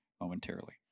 momentarily